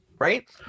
Right